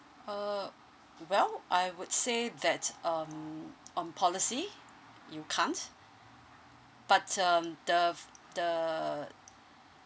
uh well I would say that um on policy you can't but um the f~ the